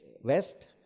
West